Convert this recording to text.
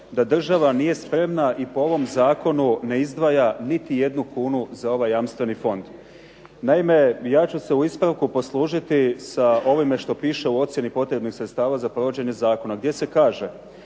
da država nije spremna i po ovom zakonu ne izdvaja niti jednu kunu za ovaj jamstveni fond. Naime, ja ću se u ispravku poslužiti sa ovime što piše u ocjeni potrebnih sredstva za provođenje zakona, gdje se kaže: